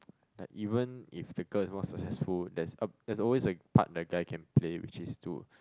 that even if the girl is more successful there is a there is always a part the guy can play which is to